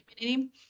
community